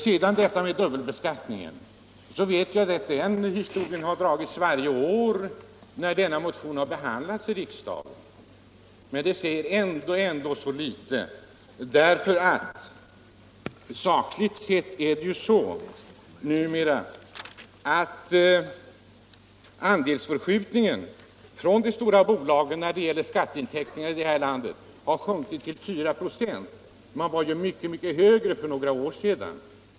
I vad gäller dubbelbeskattningen vet jag att den historien har dragits varje år när denna motion har behandlats i riksdagen, men detta säger ändå så litet, eftersom det sakligt sett numera är så, att andelsförskjutningen från de stora bolagen när det gäller skatteintäkter i det här landet har sjunkit till 4 96. Den var mycket högre för några år sedan.